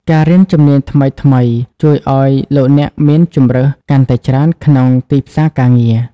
ការរៀនជំនាញថ្មីៗ ជួយឱ្យលោកអ្នកមានជម្រើសកាន់តែច្រើនក្នុងទីផ្សារការងារ។